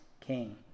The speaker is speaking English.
king